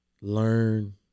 learn